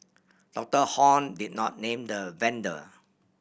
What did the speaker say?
Doctor Hon did not name the vendor